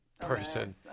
person